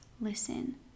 listen